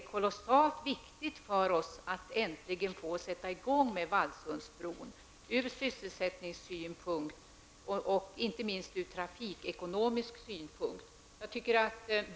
Från sysselsättningssynpunkt och inte minst från trafikekonomisk synpunkt är det kolossalt viktigt för oss i kommunen att äntligen få sätta i gång med Vallsundsbron.